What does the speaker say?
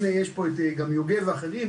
הנה יש פה גם את יוגב ואת האחרים,